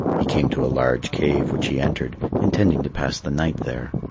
he came to a large cave which he entered, intending to pass the night there.